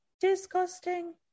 Disgusting